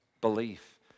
belief